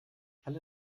alle